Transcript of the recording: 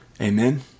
Amen